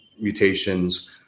mutations